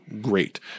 great